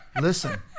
listen